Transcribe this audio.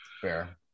Fair